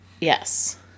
Yes